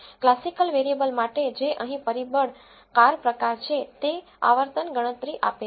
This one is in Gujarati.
ક્લાસિકલ વેરિયેબલ માટે જે અહીં પરિબળ કાર પ્રકાર છે તે આવર્તન ગણતરી આપે છે